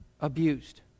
abused